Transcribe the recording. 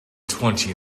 twenty